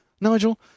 Nigel